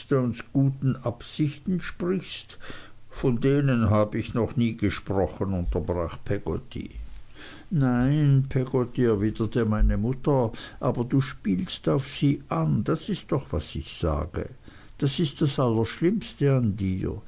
guten absichten sprichst von denen hab ich noch nie gesprochen unterbrach peggotty nein peggotty erwiderte meine mutter aber du spielst auf sie an das ist doch was ich sage das ist das allerschlimmste an dir